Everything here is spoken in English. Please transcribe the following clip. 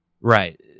right